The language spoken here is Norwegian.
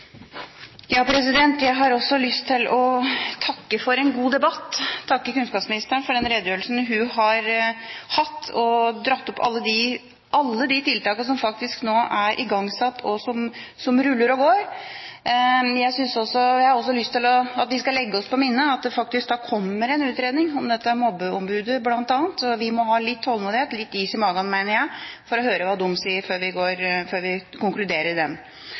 Jeg vil takke kunnskapsministeren for den redegjørelsen hun har hatt, og for alle de tiltakene som faktisk nå er igangsatt, og som ruller og går. Jeg har også lyst til at vi skal legge oss på minne at det faktisk kommer en utredning om bl.a. dette mobbeombudet. Vi må ha litt tålmodighet, litt is i magen, mener jeg, og høre hva de sier før vi konkluderer der. Jeg opplever at det er stor enighet. Jeg tror det er en styrke for saken at vi er tverrpolitisk enige om at vi ønsker å jobbe mot mobbing. At vi på den